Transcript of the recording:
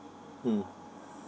mm